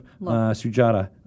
Sujata